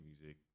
music